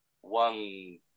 one